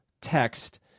text